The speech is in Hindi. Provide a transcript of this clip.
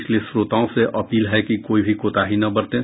इसलिए श्रोताओं से अपील है कि कोई भी कोताही न बरतें